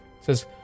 Says